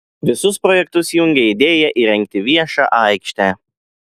visus projektus jungia idėja įrengti viešą aikštę